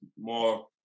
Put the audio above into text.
More